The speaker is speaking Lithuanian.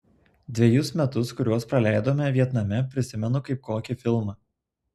dvejus metus kuriuos praleidome vietname prisimenu kaip kokį filmą